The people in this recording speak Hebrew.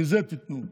מזה תיתנו.